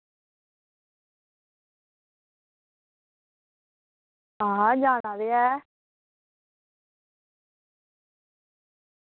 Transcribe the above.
आं जाना ते ऐ